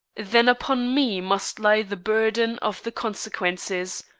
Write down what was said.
then upon me must lie the burden of the consequences,